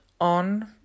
on